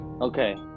Okay